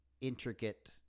intricate